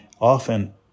often